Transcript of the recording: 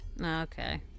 Okay